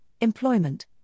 employment